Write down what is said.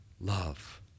love